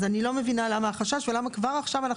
אני לא מבינה למה החשש ולמה כבר עכשיו אנחנו